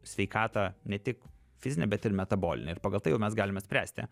sveikatą ne tik fizinę bet ir metabolinę ir pagal tai jau mes galime spręsti